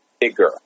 Bigger